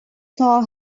saw